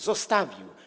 Zostawił.